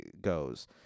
goes